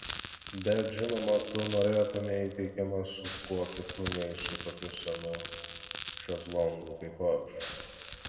bet žinoma tu norėtumei eiti į kiną su kuo kitu nei su tokiu senu šezlongu kaip aš